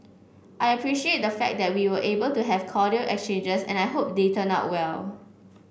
I appreciate the fact that we were able to have cordial exchanges and I hope they turn out well